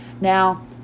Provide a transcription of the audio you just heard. Now